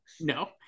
No